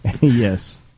yes